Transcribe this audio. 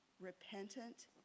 repentant